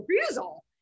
refusal